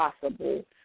possible